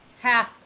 Half